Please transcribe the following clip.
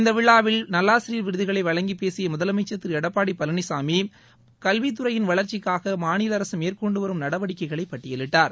இந்த விழாவில் நல்லாசிரியர் விருதுகளை வழங்கி பேசிய முதலமைச்சர் திரு எடப்பாடி பழனிசாமி கல்வித்துறையின் வளர்ச்சிக்காக மாநில அரசு மேற்கொண்டு வரும் நடவடிக்கைகளை பட்டியலிட்டார்